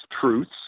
truths